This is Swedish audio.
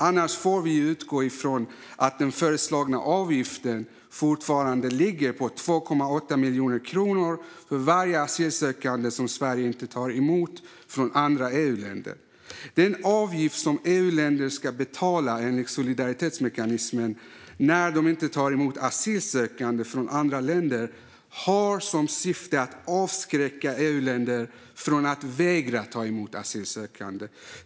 Annars får man utgå från att den föreslagna avgiften fortfarande ligger på 2,8 miljoner kronor för varje asylsökande som Sverige inte tar emot från andra EU-länder. Den avgift som EU-länder ska betala enligt solidaritetsmekanismen när de inte tar emot asylsökande från andra länder har som syfte att avskräcka EU-länder från att vägra ta emot asylsökande.